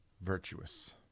virtuous